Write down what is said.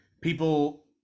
People